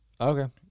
Okay